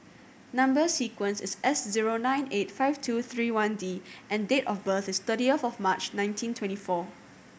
number sequence is S zero nine eight five two three one D and date of birth is thirtieth of March nineteen twenty four